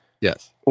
Yes